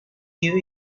new